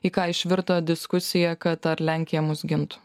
į ką išvirto diskusija kad ar lenkija mus gintų